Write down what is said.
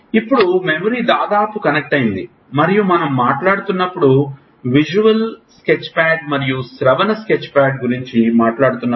ఇప్పుడు మెమరీకి దాదాపు కనెక్ట్ అయ్యింది మరియు మనం మాట్లాడుతున్నప్పుడు విజువల్ స్కెచ్ప్యాడ్ మరియు శ్రవణ స్కెచ్ప్యాడ్ గురించి మాట్లాడుతున్నప్పుడు